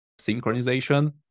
synchronization